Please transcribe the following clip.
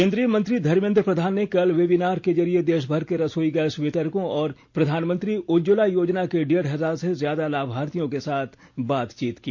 केन्द्रीय मंत्री धर्मेन्द्र प्रधान ने कल वेबिनार के जरिए देशभर के रसोई गैस वितरकों और प्रधानमंत्री उज्जवला योजना के डेढ़ हजार से ज्यादा लाभार्थियों के साथ बातचीत की